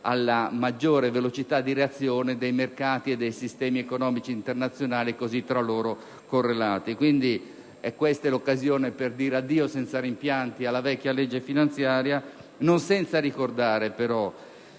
alla maggiore velocità di reazione dei mercati e dei sistemi economici internazionali, tra loro così correlati. È questa quindi l'occasione per dire addio senza rimpianti alla vecchia legge finanziaria, non senza ricordare, però,